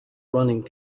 running